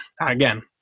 again